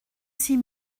six